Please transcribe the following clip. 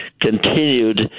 continued